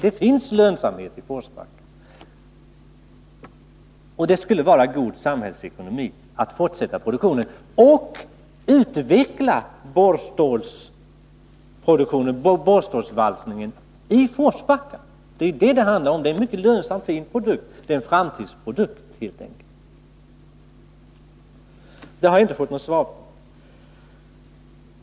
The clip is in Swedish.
Det finns lönsamhet i Forsbacka, och det skulle vara god samhällsekonomi att fortsätta produktionen och utveckla borrstålsvalsningen i Forsbacka. Det är en mycket lönsam och fin produkt, helt enkelt en framtidsprodukt. Den frågan har jag alltså inte fått något svar på.